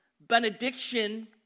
benediction